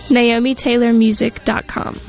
NaomiTaylorMusic.com